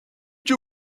you